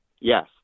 Yes